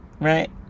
right